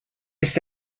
ist